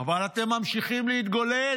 אבל אתם ממשיכים להתגולל.